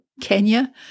Kenya